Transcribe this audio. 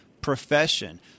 profession